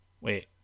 Wait